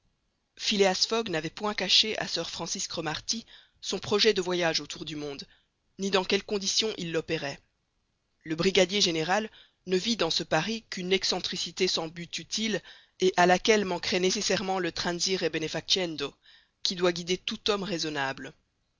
phileas fogg n'avait point caché à sir francis cromarty son projet de voyage autour du monde ni dans quelles conditions il l'opérait le brigadier général ne vit dans ce pari qu'une excentricité sans but utile et à laquelle manquerait nécessairement le transire benefaciendo qui doit guider tout homme raisonnable